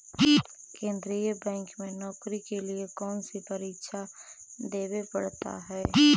केन्द्रीय बैंक में नौकरी के लिए कौन सी परीक्षा देवे पड़ा हई